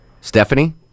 Stephanie